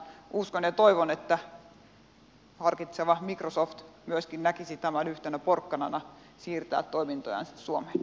uskon ja toivon että harkitseva microsoft myöskin näkisi tämän yhtenä porkkanana siirtää toimintojansa suomeen